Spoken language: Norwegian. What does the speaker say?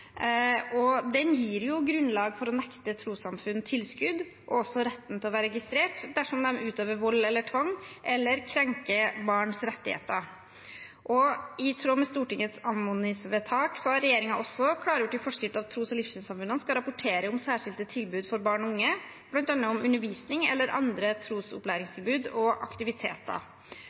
Den gir grunnlag for å nekte trossamfunn tilskudd og også retten til å være registrert dersom de utøver vold eller tvang eller krenker barns rettigheter. I tråd med Stortingets anmodningsvedtak har regjeringen også klargjort i forskrift at tros- og livssynssamfunnene skal rapportere om særskilte tilbud for barn og unge, bl.a. om undervisning og andre trosopplæringstilbud og aktiviteter.